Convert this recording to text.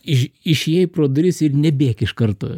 iš išėjai pro duris ir nebėk iš karto